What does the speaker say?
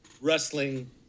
wrestling